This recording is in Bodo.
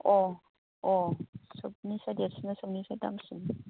अह अह सबनिफ्राय देरसिना सबनिफ्राय दामसिन